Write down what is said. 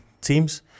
teams